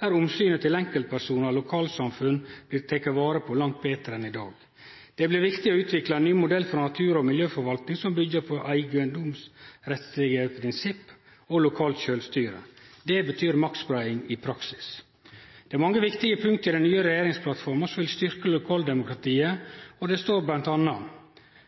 der omsynet til enkeltpersonar og lokalsamfunn blir teke vare på langt betre enn i dag. Det blir viktig å utvikle ein modell for natur- og miljøforvaltning som byggjer på eigedomsrettslege prinsipp og lokalt sjølvstyre. Det betyr maktspreiing i praksis. Det er mange viktige punkt i den nye regjeringsplattforma som vil styrkje lokaldemokratiet, og det står bl.a.: